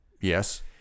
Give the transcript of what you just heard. Yes